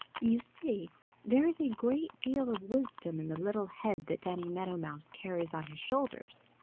you see there is a great deal of wisdom in the little head that danny meadow mouse carries on his shoulders.